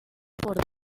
por